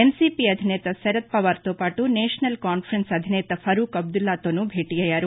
NCP అధినేత శరద్పవార్తో పాటు నేషనల్ కాన్పరెన్స్ అధినేత ఫరూక్ అబ్దుల్లాతోనూ భేటీ అయ్యారు